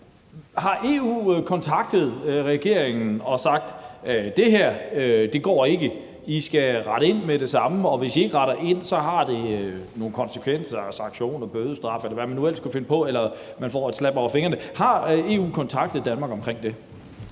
Har EU kontaktet regeringen og sagt, at det her ikke går, I skal rette ind med det samme, og hvis I ikke retter ind, så har det nogle konsekvenser eller sanktioner, bødestraf, eller hvad man nu ellers kunne finde på, eller man får et rap over fingrene? Har EU kontaktet Danmark omkring det?